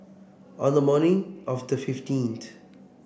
on the morning of the fifteenth